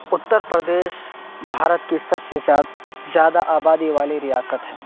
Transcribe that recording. اتر پردیش بھارت کی سب سے زیادہ آبادی والی ریاست ہے